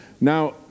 Now